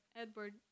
Edward